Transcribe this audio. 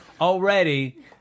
already